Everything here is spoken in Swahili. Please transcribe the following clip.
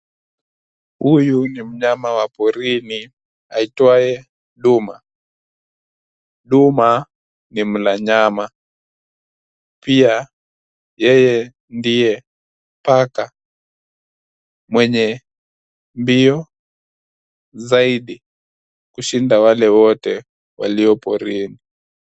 Huyu ni mnyama wa porini aitwaye duma. Duma ni mla nyama. Pia, yeye ndiye paka mwenye mbio zaidi kushinda wale wote walio porini.